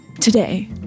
Today